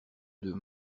deux